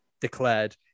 declared